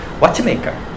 watchmaker